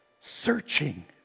searching